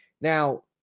Now